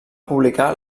publicar